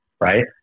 Right